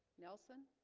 nelson